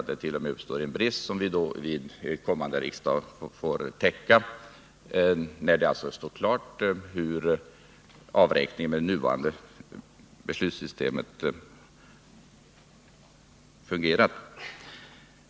Det kan t.o.m. tänkas uppstå en brist, som då får täckas vid kommande riksmöte, när det alltså står klart hur avräkningen med det nuvarande beslutssystemet fungerar.